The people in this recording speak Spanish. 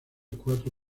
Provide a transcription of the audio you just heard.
cuatro